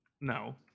No